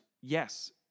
yes